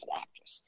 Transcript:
actress